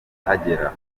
ahagera